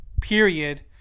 period